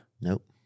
Nope